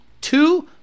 two